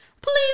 please